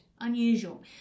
unusual